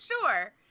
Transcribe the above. sure